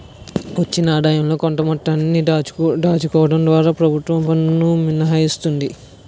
వచ్చిన ఆదాయంలో కొంత మొత్తాన్ని దాచుకోవడం ద్వారా ప్రభుత్వం పన్ను మినహాయిస్తుంది